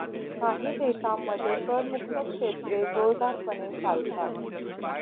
काही देशांमध्ये करमुक्त क्षेत्रे जोरदारपणे चालतात